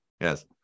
Yes